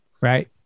Right